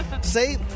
Say